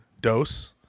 dose